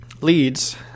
leads